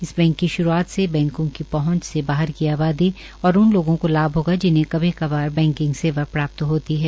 इस बैंक की शुरूआत से बैंकों की पहंच से बाहर की आबादी और उन लोगों को लाभ होगा जिन्हें कभी कभार बैंकिंग सेवा प्राप्त होती है